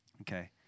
Okay